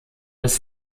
des